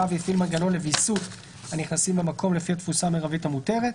והפעיל מנגנון לוויסות הנכנסים למקום לפי התפוסה המרבית המותרת.